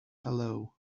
hello